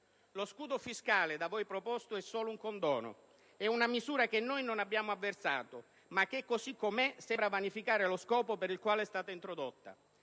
Lo scudo fiscale da voi proposto è solo un condono. È una misura che noi non abbiamo avversato ma che, così com'è, sembra vanificare lo scopo per il quale è stata introdotta.